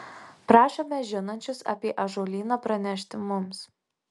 prašome žinančius apie ąžuolyną pranešti mums